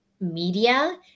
media